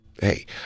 Hey